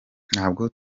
ntabwo